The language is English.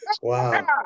Wow